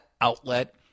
outlet